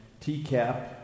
TCAP